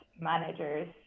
managers